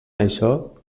això